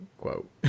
quote